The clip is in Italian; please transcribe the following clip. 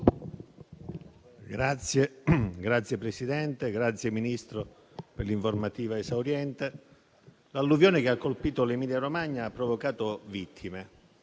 ringrazio il signor Ministro per l'informativa esauriente. L'alluvione che ha colpito l'Emilia-Romagna ha provocato vittime,